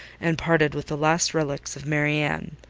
and parted with the last relics of marianne.